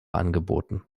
angeboten